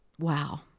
wow